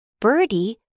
Birdie